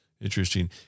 Interesting